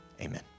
Amen